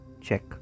check